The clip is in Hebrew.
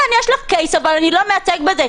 כן, יש לך קייס, אבל אני מייצג בזה.